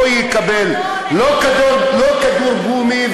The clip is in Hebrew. לא יקבל כדור גומי,